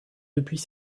depuis